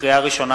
לקריאה ראשונה,